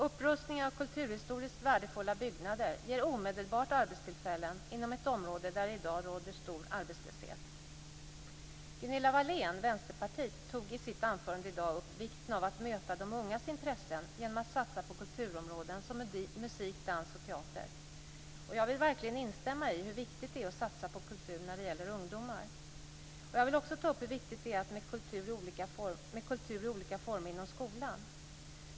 Upprustningen av kulturhistoriskt värdefulla byggnader ger omedelbart arbetstillfällen inom ett område där det i dag råder stor arbetslöshet. Gunilla Wahlén, Vänsterpartiet, tog i sitt anförande i dag upp vikten av att möta de ungas intressen genom att satsa på kulturområden som musik, dans och teater. Jag vill verkligen instämma i hur viktigt det är att satsa på kultur när det gäller ungdomar. Jag vill också ta upp hur viktigt det är med kultur i olika former inom skolan.